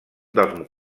dels